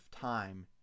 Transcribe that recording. time